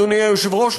אדוני היושב-ראש,